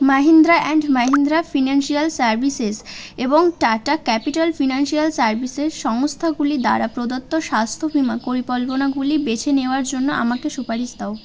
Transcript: Mahindra and Mahindra financial services এবং Tata capital financial services সংস্থাগুলি দ্বারা প্রদত্ত স্বাস্থ্য বিমা পরিকল্পনাগুলি বেছে নেওয়ার জন্য আমাকে সুপারিশ দাও